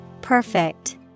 Perfect